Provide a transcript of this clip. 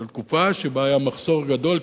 של תקופה שבה היה מחסור גדול?